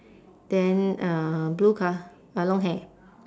then uh blue colour uh long hair